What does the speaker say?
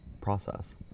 process